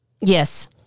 Yes